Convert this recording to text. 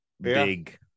big